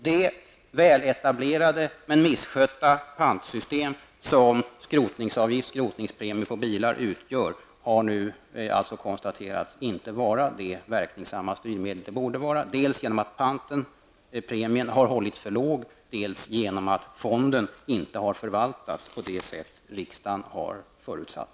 Det väletablerade men misskötta pantsystem som skrotningspremien på bilar utgör har nu konstarerats inte vara det verkningssamma styrmedel som det borde vara, dels genom att premien har hållits för låg, dels genom att fonden inte har förvaltats på det sätt som riksdagen har förutsatt.